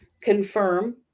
confirm